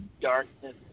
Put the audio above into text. darkness